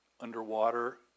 underwater